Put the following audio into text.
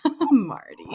marty